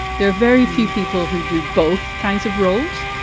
there are very few people who do both kinds of roles.